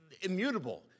immutable